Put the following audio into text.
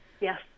Yes